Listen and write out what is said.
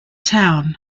town